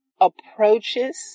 approaches